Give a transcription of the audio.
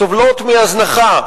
סובלות מהזנחה,